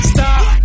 Stop